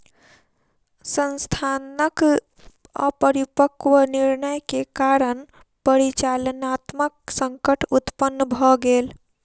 संस्थानक अपरिपक्व निर्णय के कारण परिचालनात्मक संकट उत्पन्न भ गेल